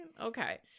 Okay